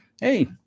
hey